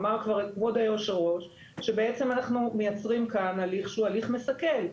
אמר כבר כבוד יושב הראש שבעצם אנחנו מייצרים כאן הליך שהוא הליך מסכל.